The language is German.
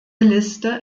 liste